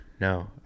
no